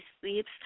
sleeps